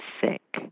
sick